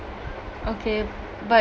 okay but